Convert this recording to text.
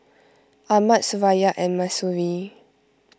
Ahmad Suraya and Mahsuri